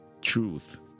truth